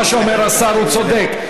מה שאומר השר, הוא צודק.